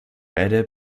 beide